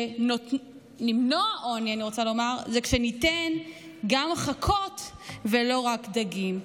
למנוע עוני זה שניתן גם חכות ולא רק דגים,